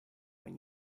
when